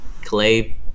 clay